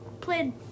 played